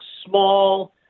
small